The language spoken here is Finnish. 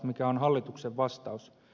mikä on hallituksen vastaus